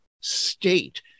state